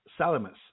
Salamis